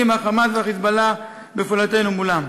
ה"חמאס" וה"חיזבאללה" בפעולתנו מולם.